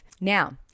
Now